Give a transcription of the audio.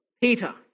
Peter